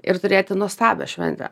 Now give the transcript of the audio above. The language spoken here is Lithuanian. ir turėti nuostabią šventę